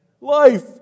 Life